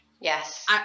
Yes